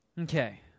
Okay